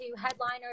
headliner